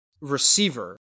receiver